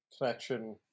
connection